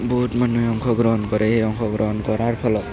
বহুত মানুহে অংশ গ্ৰহণ কৰে এই অংশ গ্ৰহণ কৰাৰ ফলত